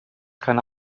keine